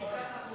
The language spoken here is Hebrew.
זה קרה בזמן